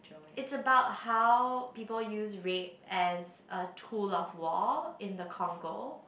it's about how people use rape as a tool of war in the Congo